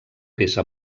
peça